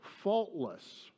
faultless